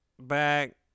back